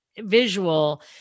visual